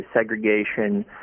segregation